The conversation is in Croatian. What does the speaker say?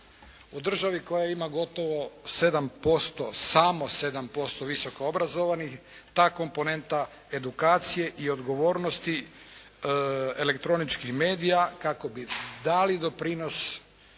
u državi koja ima gotovo 7%, samo 7% visoko obrazovanih ta komponenta edukacije i odgovornosti elektroničkih medija kako bi dali doprinos